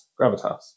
Gravitas